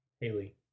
Haley